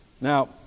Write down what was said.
Now